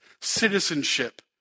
citizenship